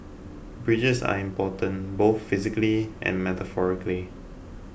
bridges are important both physically and metaphorically